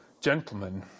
Gentlemen